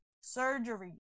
Surgery